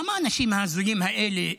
למה האנשים ההזויים האלה,